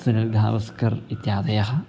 सुनिलगावस्कर् इत्यादयः